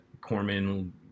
corman